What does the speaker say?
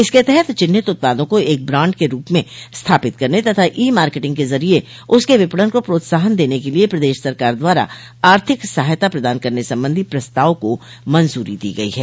इसके तहत चिन्हित उत्पादों को एक ब्रांड के रूप में स्थापित करने तथा ई मार्केटिंग के जरिये उसके विपणन को प्रोत्साहन देने के लिये प्रदेश सरकार द्वारा आर्थिक सहायता प्रदान करने संबंधी प्रस्ताव को मंजूरी दी गई है